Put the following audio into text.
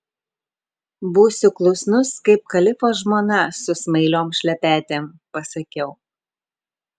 būsiu klusnus kaip kalifo žmona su smailiom šlepetėm pasakiau